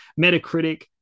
Metacritic